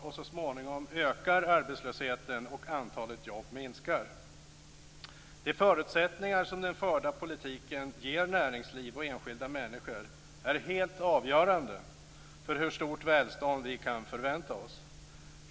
Och så småningom ökar arbetslösheten, och antalet jobb minskar. De förutsättningar som den förda politiken ger näringsliv och enskilda människor är helt avgörande för hur stort välstånd vi kan förvänta oss.